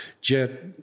jet